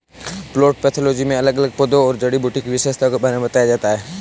plant pathology में अलग अलग पौधों और जड़ी बूटी की विशेषताओं के बारे में बताया जाता है